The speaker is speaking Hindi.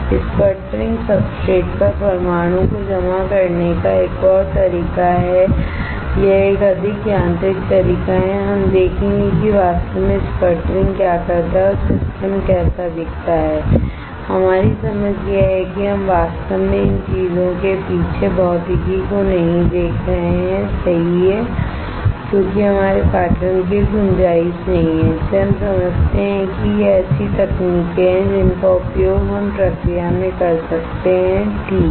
स्पटरिंग सब्सट्रेट पर परमाणुओं को जमा करने का एक और तरीका है यह एक अधिक यांत्रिक तरीका है हम देखेंगे कि वास्तव में स्पटरिंग क्या करता है और सिस्टम कैसा दिखता है हमारी समझ यह है कि हम वास्तव में इन चीजों के पीछे भौतिकी को नहीं देख रहे हैं सही है क्योंकि हमारे पाठ्यक्रम की गुंजाइश नहीं है इसलिए हम समझते हैं कि ये ऐसी तकनीकें हैं जिनका उपयोग हम प्रक्रिया में कर सकते हैं ठीक है